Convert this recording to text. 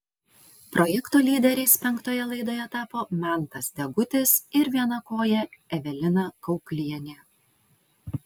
projekto lyderiais penktoje laidoje tapo mantas degutis ir vienakojė evelina kauklienė